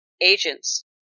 Agents